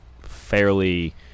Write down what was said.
fairly